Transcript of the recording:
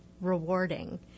rewarding